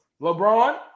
LeBron